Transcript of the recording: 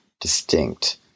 distinct